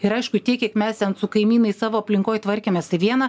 ir aišku tiek kiek mes su kaimynais savo aplinkoj tvarkėmės tai viena